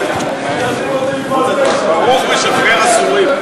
(חבר הכנסת מאיר פרוש יוצא מאולם המליאה.) ברוך משחרר אסורים.